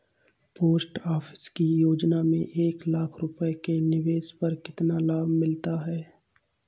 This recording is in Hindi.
पोस्ट ऑफिस की योजना में एक लाख रूपए के निवेश पर कितना लाभ मिलता है?